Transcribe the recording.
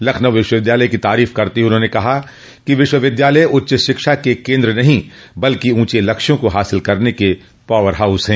लखनऊ विश्वविद्यालय की तारीफ करते हुए उन्होंने कहा कि विश्वविद्यालय उच्च शिक्षा के केन्द्र नहीं बल्कि ऊँचे लक्ष्यों को हासिल करने क पावर हाउस है